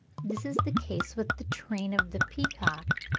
this is the case with the train of the peacock,